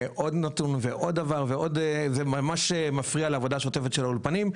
עוד נתון ועוד דבר וממש מפריע לעבודה השוטפת של האולפנים,